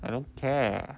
I don't care